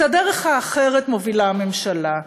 את הדרך האחרת מובילה הממשלה.